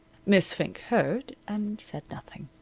miss fink heard, and said nothing.